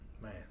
Man